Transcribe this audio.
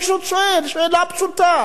מה אתם רוצים, שהם יהיו רעבים?